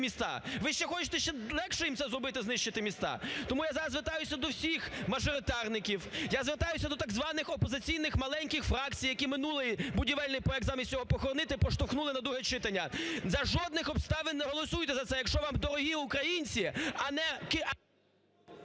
міста? Ви ще хочете ще легше їм це зробити знищити міста? Тому я зараз звертаюся до всіх мажоритарників, я звертаюсь до так званих опозиційних маленьких фракцій, які минулий будівельний проект, замість цього похоронити, проштовхнули на друге читання. За жодних обставин не голосуйте за це, якщо вам дорогі українці, а не…